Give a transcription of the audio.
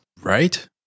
right